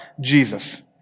Jesus